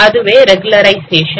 அதுவே ரெகுலருஷயேசன்